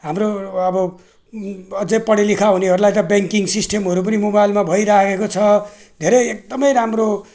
हाम्रो अब यी अझै पढालेखा हुनेहरूलाई त ब्याङ्किङ सिस्टमहरू पनि मोबाइलमा भइरहेको छ धेरै एकदमै राम्रो